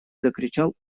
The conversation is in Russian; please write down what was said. закричал